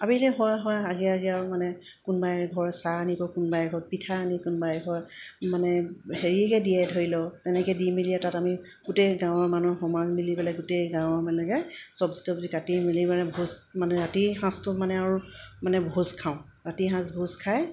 আবেলি হয় হয় আগে আগে আৰু মানে কোনোবাই ঘৰৰ চাহ আনিব কোনোবাই এঘৰে পিঠা আনি কোনোবাই ঘৰত মানে হেৰিকে দিয়ে ধৰি ল তেনেকে দি মেলিয়ে তাত আমি গোটেই গাঁৱৰ মানুহ সমাজ মিলি পেলাই গোটেই গাঁৱৰ মানুহবিলাকে চব্জি তব্জি কাটি মেলি পেলাই ভোজ মানে ৰাতি সাঁজটো মানে আৰু মানে ভোজ খাওঁ ৰাতি সাঁজ ভোজ খাই